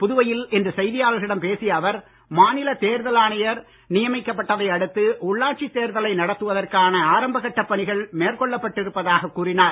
புதுவையில் இன்று செய்தியாளர்களிடம் பேசிய அவர் மாநில தேர்தல் ஆணையர் நியமிக்கப் பட்டதை அடுத்து உள்ளாட்சித் தேர்தலை நடத்துவதற்கான ஆரம்பக் கட்டப் பணிகள் மேற்கொள்ளப் பட்டிருப்பதாகக் கூறினார்